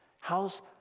How's